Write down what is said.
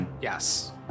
Yes